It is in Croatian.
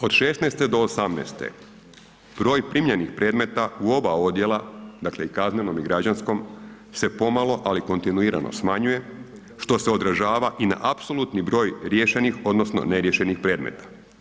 Od '16. do '18. broj primljenih predmeta u oba odjela dakle i kaznenom i građanskom se pomalo, ali kontinuirano smanjuje što se odražava i na apsolutni broj riješenih odnosno neriješenih predmeta.